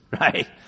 right